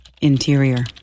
interior